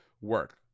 work